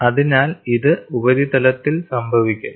അതിനാൽ ഇത് ഒരു ഉപരിതലത്തിൽ സംഭവിക്കുന്നു